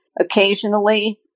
occasionally